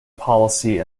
policy